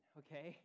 okay